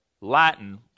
Latin